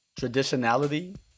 traditionality